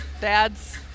dad's